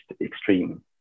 extreme